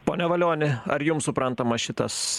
pone valioni ar jum suprantama šitas